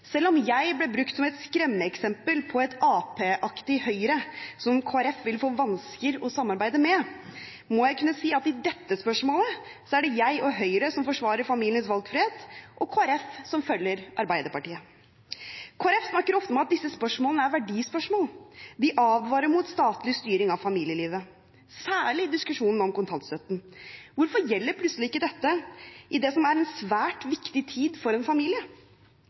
Selv om jeg ble brukt som et skremmeeksempel på et Arbeiderparti-aktig Høyre som Kristelig Folkeparti vil få vansker med å samarbeide med, må jeg kunne si at i dette spørsmålet er det jeg og Høyre som forsvarer familiens valgfrihet, og Kristelig Folkeparti som følger Arbeiderpartiet. Kristelig Folkeparti snakker ofte om at disse spørsmålene er verdispørsmål. De advarer mot statlig styring av familielivet, særlig i diskusjonen om kontantstøtten. Hvorfor gjelder plutselig ikke dette i det som er en svært viktig tid for en familie?